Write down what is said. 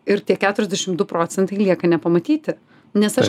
ir tie keturiasdešim du procentai lieka nepamatyti nes aš